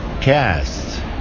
Cast